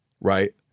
right